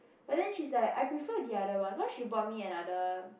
but then she's like I prefer the other one cause she bought me another